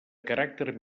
caràcter